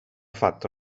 fatto